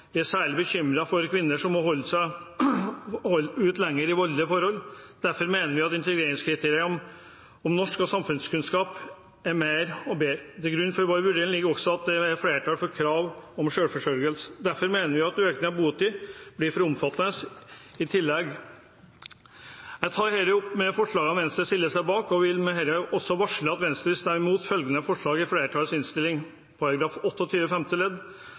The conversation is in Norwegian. Vi er særlig bekymret for kvinner som må holde ut lenger i voldelige forhold. Derfor mener vi at integreringskriteriene om norsk- og samfunnskunnskap er bedre. Til grunn for vår vurdering ligger også at det er flertall for krav om selvforsørgelse. Derfor mener vi at økning av botid blir for omfattende i tillegg. Jeg tar med dette opp forslagene nr. 24–26 fra Venstre og SV, og vil med dette også varsle at Venstre vil stemme imot følgende punkter i flertallets innstilling: § 28 femte ledd,